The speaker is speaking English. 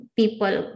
people